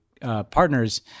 partners